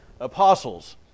apostles